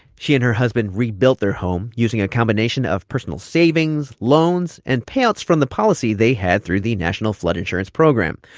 she and her husband rebuilt their home using a combination of personal savings, loans and payouts from the policy they had through the national flood insurance program.